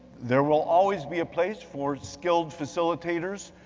there will always be a place for skilled facilitators,